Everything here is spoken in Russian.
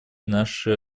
наши